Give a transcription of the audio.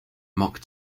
mock